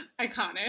iconic